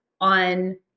on